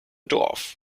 dorf